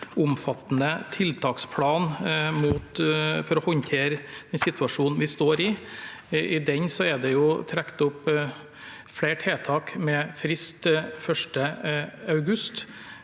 omfattende tiltaksplan for å håndtere den situasjonen vi står i. I den er det trukket opp flere tiltak med frist 1. august,